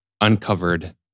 uncovered